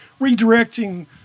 redirecting